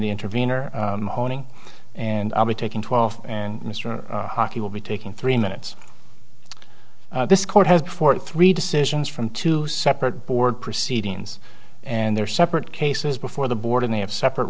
the intervenor honing and i'll be taking twelve and mr hockey will be taking three minutes this court has forty three decisions from two separate board proceedings and they're separate cases before the board and they have separate